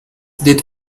did